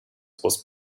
was